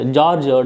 George